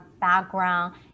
background